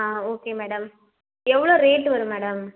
ஆ okay madam எவ்வளோ rate வரும் madam